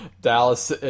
Dallas